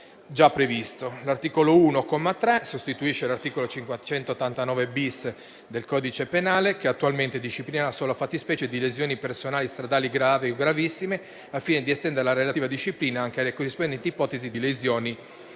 L'articolo 1, comma 3, sostituisce l'articolo 589-*bis* del codice penale, che attualmente disciplina la sola fattispecie di lesioni personali stradali gravi o gravissime, al fine di estendere la relativa disciplina anche alle corrispondenti ipotesi di lesioni